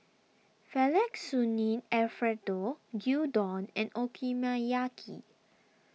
Fettuccine Alfredo Gyudon and Okonomiyaki